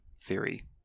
theory